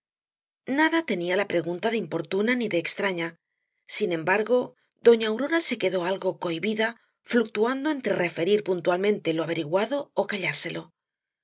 nada tenía la pregunta de importuna ni de extraña sin embargo doña aurora se quedó algo cohibida fluctuando entre referir puntualmente lo averiguado ó callárselo